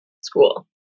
school